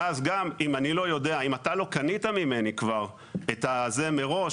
ואז גם אם אני לא יודע אם אתה לא קנית ממני כבר את זה מראש,